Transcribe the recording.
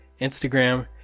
Instagram